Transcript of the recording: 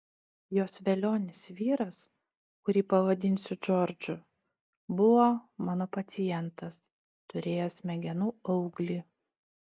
jos velionis vyras kurį pavadinsiu džordžu buvo mano pacientas turėjo smegenų auglį